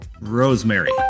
Rosemary